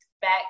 back